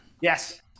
Yes